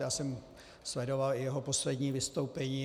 Já jsem sledoval i jeho poslední vystoupení.